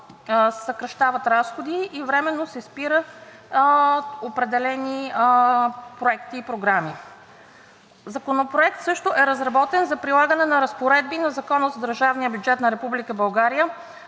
съкращават разходи и временно се спират определени проекти и програми. Законопроект също е разработен за прилагане на разпоредби на Закона за държавния бюджет на